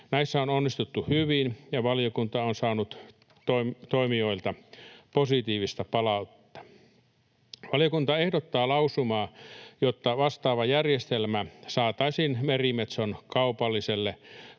Näissä on onnistuttu hyvin, ja valiokunta on saanut toimijoilta positiivista palautetta. Valiokunta ehdottaa lausumaa, jotta vastaava järjestelmä saataisiin merimetson kaupalliselle